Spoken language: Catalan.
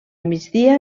migdia